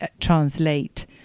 translate